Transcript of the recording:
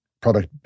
product